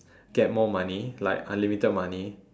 get more money like unlimited money